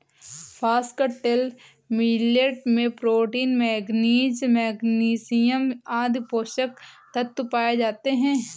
foxtail millet में protein, manganese, magnesium आदि पोषक तत्व पाए जाते है